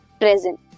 present